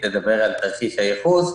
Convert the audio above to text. תדבר על תרחיש הייחוס.